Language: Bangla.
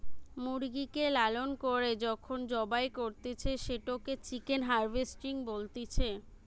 মুরগিকে লালন করে যখন জবাই করতিছে, সেটোকে চিকেন হার্ভেস্টিং বলতিছে